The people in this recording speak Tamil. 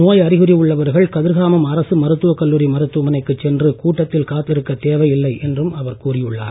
நோய் அறிகுறி உள்ளவர்கள் கதிர்காமம் அரசு மருத்துவக் கல்லூரி மருத்துவமனைக்குச் சென்று கூட்டத்தில் காத்திருக்க தேவையில்லை என்றும் அவர் கூறியுள்ளார்